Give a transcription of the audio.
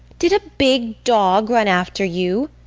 did a big dog run after you?